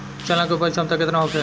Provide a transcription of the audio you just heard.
चना के उपज क्षमता केतना होखे?